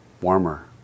warmer